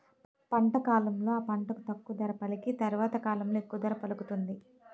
పంట కాలంలో ఆ పంటకు తక్కువ ధర పలికి తరవాత కాలంలో ఎక్కువ ధర పలుకుతుంది